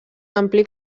ampli